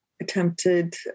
attempted